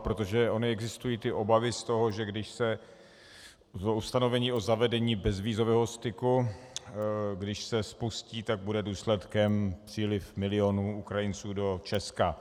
Protože ony existují obavy z toho, že když se v ustanovení o zavedení bezvízového styku, když se spustí, tak bude důsledkem příliv milionů Ukrajinců do Česka.